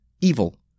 evil